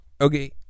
Okay